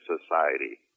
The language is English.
society